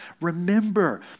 Remember